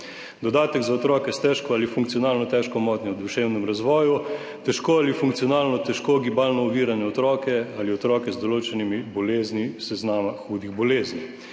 dodatek za otroke s težko ali funkcionalno težko motnjo v duševnem razvoju, težko ali funkcionalno težko gibalno ovirane otroke ali otroke z določenimi boleznimi seznama hudih bolezni,